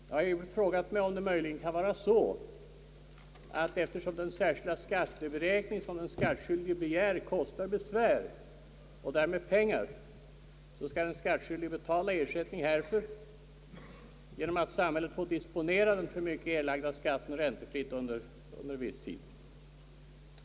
Jag har frågat mig om det möjligen kan vara så, att eftersom den särskilda skatteberäkning som den skattskyldige begär, kostar besvär, och därmed pengar, så skall den skattskyldige betala ersättning härför genom att samhället får disponera den för mycket erlagda skatten räntefritt under viss tid.